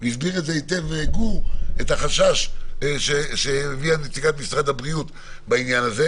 והסביר היטב גור את החשש שהביעה נציגת משרד הבריאות בעניין הזה,